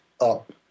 up